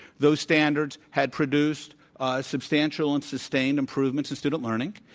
those standards had produced ah substantial and sustained improvements in student learning.